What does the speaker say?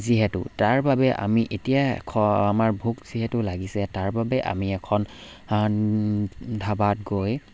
যিহেতু তাৰ বাবে আমি এতিয়া খ আমাৰ ভোক যিহেতু লাগিছে তাৰ বাবে আমি এখন ধাবাত গৈ